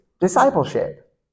discipleship